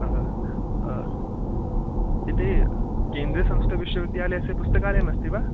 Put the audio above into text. इति केन्द्रीयसंस्कृतविश्वविद्यालयस्य पुस्तकालयमस्ति वा